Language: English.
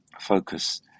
focus